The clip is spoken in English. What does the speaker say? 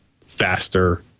faster